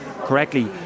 correctly